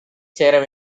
சேர